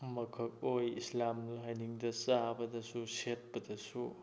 ꯑꯃꯈꯛ ꯑꯣꯏ ꯏꯁꯂꯥꯝ ꯂꯥꯏꯅꯤꯡꯗ ꯆꯥꯕꯗꯁꯨ ꯁꯦꯠꯄꯗꯁꯨ